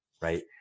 right